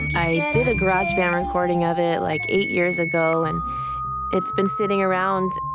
i did a garageband recording of it, like, eight years ago. and it's been sitting around,